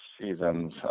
seasons